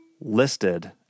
listed